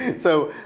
and so